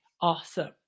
Awesome